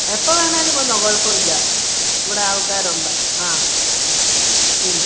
എപ്പോൾ വേണേലും വന്നോളൂ കുഴപ്പമില്ല ഇവിടെ ആൾക്കാരുണ്ടാവും ആ